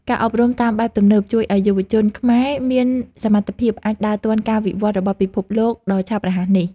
ការអប់រំតាមបែបទំនើបជួយឱ្យយុវជនខ្មែរមានសមត្ថភាពអាចដើរទាន់ការវិវត្តរបស់ពិភពលោកដ៏ឆាប់រហ័សនេះ។